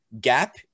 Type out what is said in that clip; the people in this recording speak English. gap